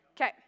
Okay